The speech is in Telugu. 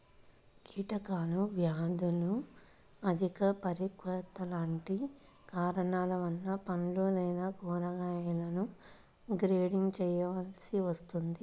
కీటకాలు, వ్యాధులు, అధిక పరిపక్వత లాంటి కారణాల వలన పండ్లు లేదా కూరగాయలను గ్రేడింగ్ చేయవలసి వస్తుంది